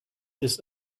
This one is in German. ist